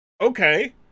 okay